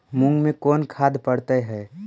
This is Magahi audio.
मुंग मे कोन खाद पड़तै है?